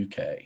UK